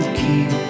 keep